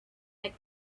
make